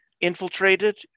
infiltrated